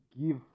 give